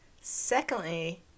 Secondly